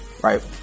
right